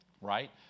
right